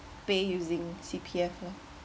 pay using C_P_F